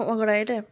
ओगडायलें